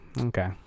Okay